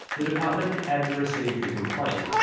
the department had received the complaint,